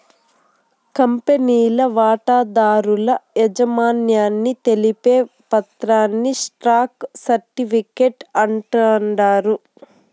కంపెనీల వాటాదారుల యాజమాన్యాన్ని తెలిపే పత్రాని స్టాక్ సర్టిఫీకేట్ అంటాండారు